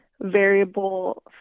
variable